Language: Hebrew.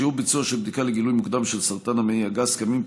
שיעור ביצוע בדיקה לגילוי מוקדם של סרטן המעי הגס: נמצאו